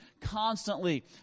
constantly